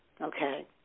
Okay